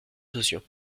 sociaux